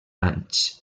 anys